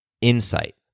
insight